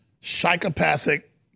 psychopathic